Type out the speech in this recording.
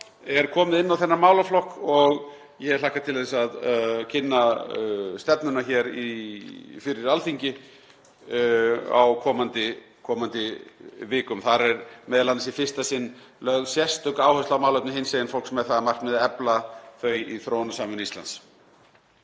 er komið inn á þennan málaflokk og ég hlakka til að kynna stefnuna fyrir Alþingi á komandi vikum. Þar er m.a. í fyrsta sinn lögð sérstök áhersla á málefni hinsegin fólks með það að markmiði að efla þau í þróunarsamvinnu Íslands.